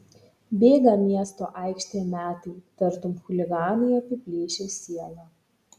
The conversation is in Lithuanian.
bėga miesto aikštėm metai tartum chuliganai apiplėšę sielą